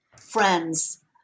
friends